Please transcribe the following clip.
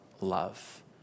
love